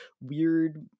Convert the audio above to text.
weird